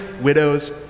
widows